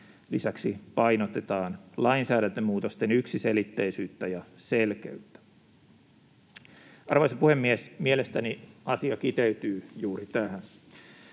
lisäksi painotetaan lainsäädäntömuutosten yksiselitteisyyttä ja selkeyttä. Arvoisa puhemies! Mielestäni asia kiteytyy juuri tähän.